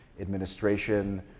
administration